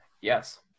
Yes